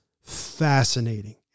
fascinating